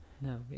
No